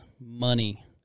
money